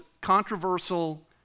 controversial